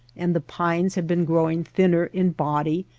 and the pines have been growing thinner in body,